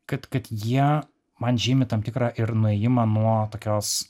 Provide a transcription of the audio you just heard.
kad kad jie man žymi tam tikrą ir nuėjimą nuo tokios